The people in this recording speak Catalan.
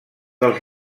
dels